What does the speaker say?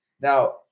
Now